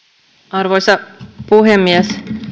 arvoisa puhemies